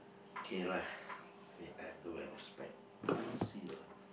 K lah wait I have to wear my spec cannot see that one